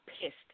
pissed